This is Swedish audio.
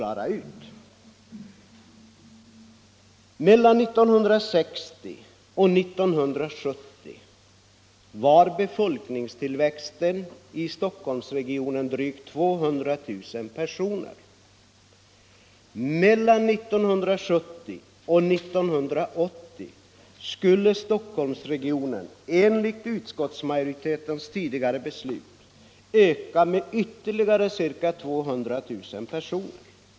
Mellan 1960 och 1970 var befolkningstillväxten i Stockholmsregionen drygt 200 000 personer. Mellan 1970 och 1980 skulle Stockholmsregionen enligt utskottsmajoritetens tidigare beslut öka med ytterligare ca 200000 personer.